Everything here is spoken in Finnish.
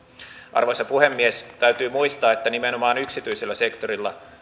arvoisa puhemies täytyy muistaa että nimenomaan yksityisellä sektorilla